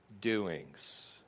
doings